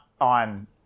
on